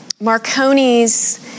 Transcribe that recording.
Marconi's